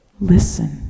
listen